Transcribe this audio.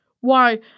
Why